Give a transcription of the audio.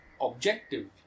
objective